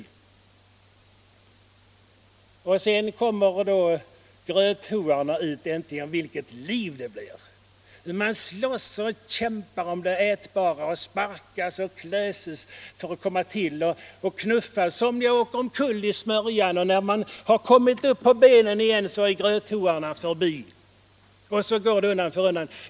Han gråter högljutt. Äntligen kommer gröthoarna ut. Vilket liv det blir! Alla slåss och kämpar om det ätbara, sparkar och klöser varandra för att komma fram för att få. Somliga åker omkull i smörjan, och när de kravlat sig upp på benen igen är gröthoarna förbi. Så går det undan för undan.